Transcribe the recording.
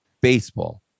baseball